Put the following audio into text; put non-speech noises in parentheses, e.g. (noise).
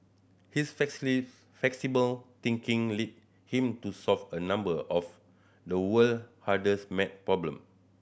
his (unintelligible) flexible thinking led him to solve a number of the world hardest maths problem